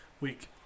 week